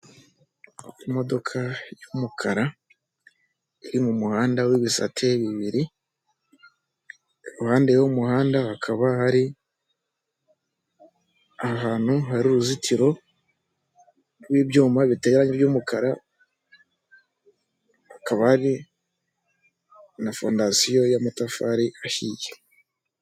Imodoka y'umukara iri mu muhanda w'ibisate bibiri ku ruhande rw'umuhanda hakaba hari ahantu hari uruzitiro rw'ibyuma biteye irange ry'umukara, hakaba hari na fondasiyo y'amatafari ahiye.